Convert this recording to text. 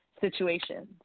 situations